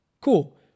cool